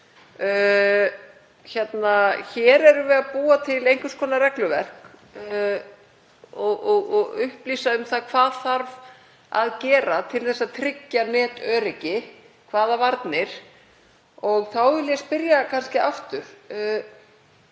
Hér erum við að búa til einhvers konar regluverk og upplýsa um það hvað þarf að gera til þess að tryggja netöryggi, hvaða varnir. Og þá vil ég spyrja kannski aftur: